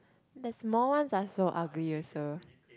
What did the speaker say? that small one are so ugly also